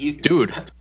Dude